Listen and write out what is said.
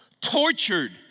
tortured